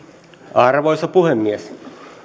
arvoisa puhemies